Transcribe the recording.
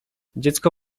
dziecko